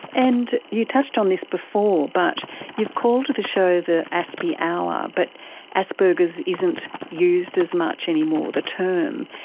and you touched on this before, but you've called the show the aspie hour, but asperger's isn't used as much anymore, the term.